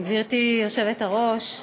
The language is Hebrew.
גברתי היושבת-ראש,